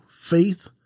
faith